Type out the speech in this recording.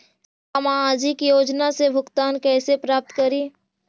सामाजिक योजना से भुगतान कैसे प्राप्त करी?